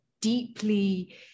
deeply